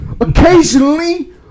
occasionally